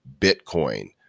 Bitcoin